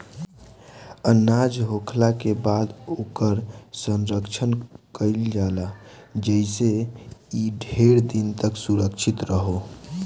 अनाज होखला के बाद ओकर संरक्षण कईल जाला जेइसे इ ढेर दिन तक सुरक्षित रहो